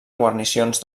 guarnicions